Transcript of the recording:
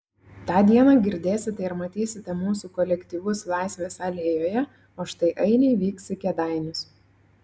tą dieną girdėsite ir matysite mūsų kolektyvus laisvės alėjoje o štai ainiai vyks į kėdainius